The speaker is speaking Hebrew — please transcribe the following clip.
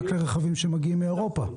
רק לרכבים שמגיעים מאירופה.